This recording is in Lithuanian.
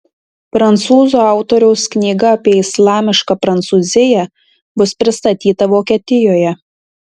prancūzų autoriaus knyga apie islamišką prancūziją bus pristatyta vokietijoje